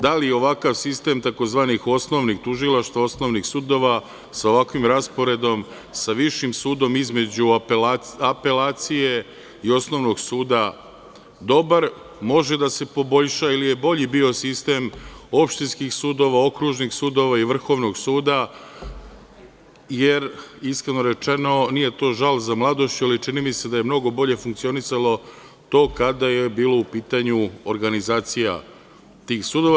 Da li je ovakav sistem tzv. osnovnih tužilaštava, osnovnih sudova sa ovakvim rasporedom, sa Višim sudom između apelacije i Osnovnog suda dobar, može da se poboljša ili je bolji bio sistem opštinskih sudova, okružnih sudova i Vrhovnog suda jer, iskreno rečeno, nije to žal za mladošću, ali čini mi se da je mnogo bolje funkcionisalo to kada je bila u pitanju organizacija tih sudova.